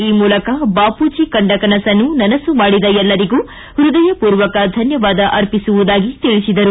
ಈ ಮೂಲಕ ಬಾಪೂಜಿ ಕಂಡ ಕನಸನ್ನು ನನಸು ಮಾಡಿದ ಎಲ್ಲರಿಗೂ ಪೃದಯಮೂರ್ವಕ ಧನ್ಯವಾದ ಅರ್ಪಿಸುವುದಾಗಿ ತಿಳಿಸಿದರು